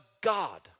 God